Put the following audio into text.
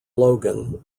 logan